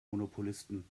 monopolisten